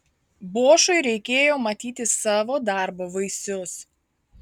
bošui reikėjo matyti savo darbo vaisius